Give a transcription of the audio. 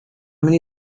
many